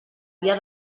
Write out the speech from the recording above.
via